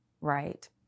right